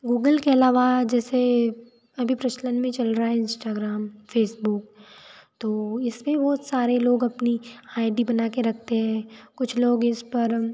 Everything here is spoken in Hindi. गूगल के अलावा जैसे अभी प्रचलन में चल रहा है इंस्टाग्राम फ़ेसबुक तो इस पर बहुत सारे लोग अपनी आई डी बना के रखते हैं कुछ लोग इस पर